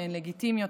שהן לגיטימיות,